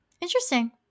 Interesting